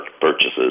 purchases